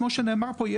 כמו שנאמר פה,